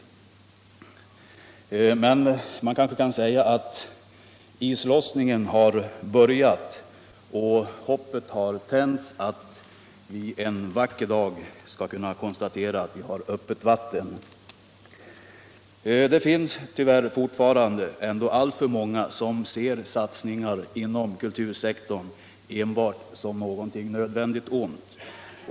Man kanske kan säga att islossningen har börjat och att hoppet har tänts att vi en vacker dag skall kunna konstatera öppet vatten. Det finns tyvärr fortfarande alltför många som ser satsningar inom kultursektorn enbart som ett nödvändigt ont.